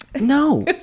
No